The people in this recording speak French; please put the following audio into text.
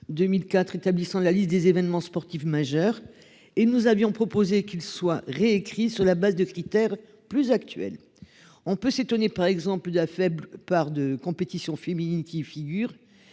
2004, établissant la liste des événements sportifs majeurs et nous avions proposé qu'il soit réécrit sur la base de critères plus actuel. On peut s'étonner par exemple la faible part de compétitions féminines qui figure.